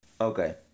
Okay